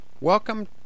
welcome